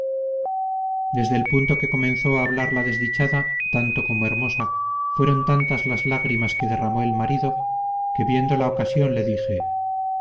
desde el punto que comenzó a hablar la desdichada tanto como hermosa fueron tantas las lágrimas que derramó el marido que viendo la ocasión le dije